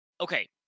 okay